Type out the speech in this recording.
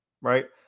right